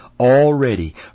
already